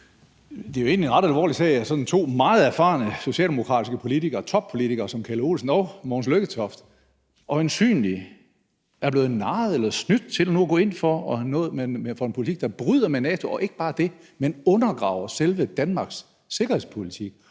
Det er jo egentlig en ret alvorlig sag, at to sådan meget erfarne socialdemokratiske politikere, toppolitikere, som Kjeld Olesen og Mogens Lykketoft øjensynlig er blevet narret eller snydt til gå ind for noget, der for en politiker bryder med NATO og ikke bare det, men som undergraver selve Danmarks sikkerhedspolitik.